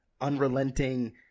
unrelenting